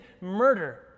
murder